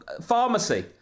pharmacy